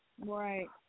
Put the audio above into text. Right